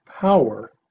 power